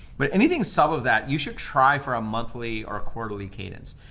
but anything sub of that you should try for a monthly or quarterly cadence.